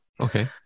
Okay